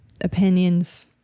opinions